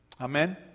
Amen